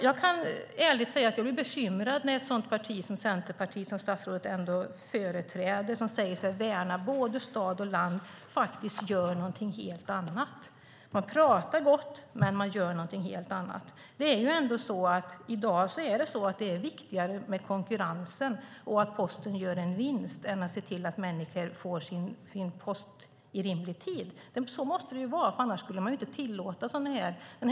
Jag blir bekymrad när ett parti som Centerpartiet, som statsrådet ändå företräder, som säger sig värna både stad och land, faktiskt gör något helt annat. Man pratar gott, men gör något helt annat. I dag är det viktigare med konkurrensen och att Posten gör en vinst än att se till att människor får sin post levererad inom rimlig tid. Så måste det vara, annars skulle man inte tillåta sådana händelser.